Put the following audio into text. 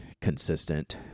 consistent